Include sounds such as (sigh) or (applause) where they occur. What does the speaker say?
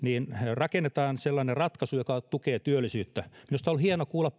rakennetaan sellainen ratkaisu joka tukee työllisyyttä minusta oli hieno kuulla (unintelligible)